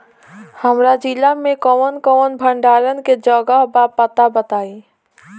हमरा जिला मे कवन कवन भंडारन के जगहबा पता बताईं?